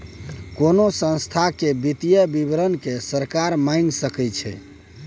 कोनो संस्था केर वित्तीय विवरण केँ सरकार मांगि सकै छै